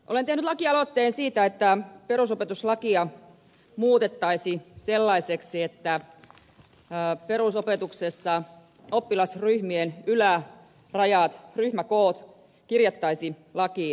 olen tehnyt lakialoitteen siitä että perusopetuslakia muutettaisiin sellaiseksi että perusopetuksessa oppilasryhmien ylärajat ryhmäkoot kirjattaisiin lakiin